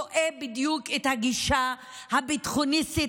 רואה בדיוק את הגישה הביטחוניסטית,